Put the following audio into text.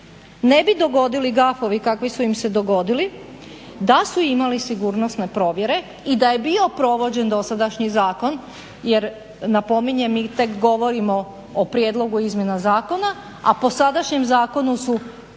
ne bi dogodili gafovi kakvi su im se dogodili da su imali sigurnosne provjere i da je bio provođen dosadašnji zakon. Jer napominjem, mi tek govorimo o prijedlogu izmjena zakona, a po sadašnjem zakonu su